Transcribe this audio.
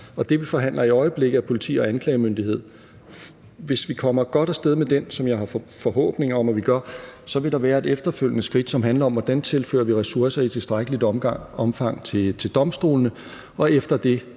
Og det, vi forhandler i øjeblikket, er politi og anklagemyndighed. Hvis vi kommer godt af sted med den, som jeg har forhåbninger om at vi gør, vil der være et efterfølgende skridt, som handler om, hvordan vi tilfører ressourcer i tilstrækkeligt omfang til domstolene, og efter det,